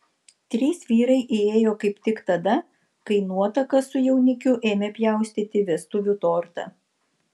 trys vyrai įėjo kaip tik tada kai nuotaka su jaunikiu ėmė pjaustyti vestuvių tortą